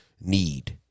need